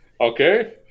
Okay